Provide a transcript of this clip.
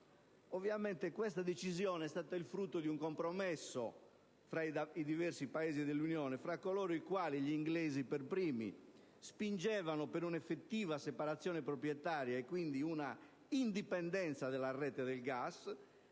Ovviamente, questa decisione è stata il frutto di un compromesso tra i diversi Paesi dell'Unione: da una parte, coloro i quali - gli inglesi per primi - spingevano per un'effettiva separazione proprietaria, e quindi una indipendenza della rete del gas;